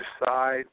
decide